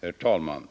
Herr talman!